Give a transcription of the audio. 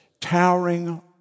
towering